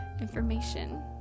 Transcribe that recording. information